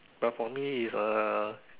but for me is uh